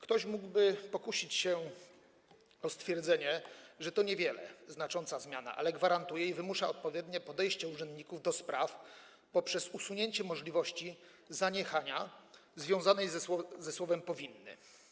Ktoś mógłby pokusić się o stwierdzenie, że to niewiele znacząca zmiana, ale gwarantuje i wymusza odpowiednie podejście urzędników do spraw poprzez usunięcie możliwości zaniechania związanej ze słowem „powinny”